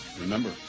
Remember